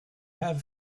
have